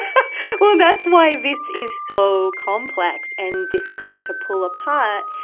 well, that's why this is so complex and difficult to pull apart,